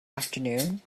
afternoon